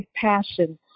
passion